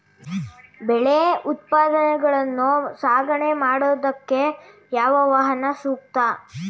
ಬೆಳೆ ಉತ್ಪನ್ನಗಳನ್ನು ಸಾಗಣೆ ಮಾಡೋದಕ್ಕೆ ಯಾವ ವಾಹನ ಸೂಕ್ತ?